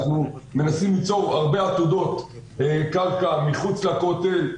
אנחנו מנסים ליצור הרבה עתודות קרקע מחוץ לכותל,